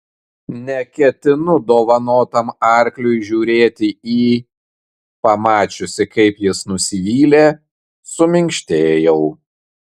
neketinu dovanotam arkliui žiūrėti į pamačiusi kaip jis nusivylė suminkštėjau